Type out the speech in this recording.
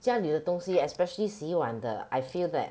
家里的东西 especially 洗碗的 I feel that